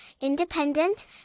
independent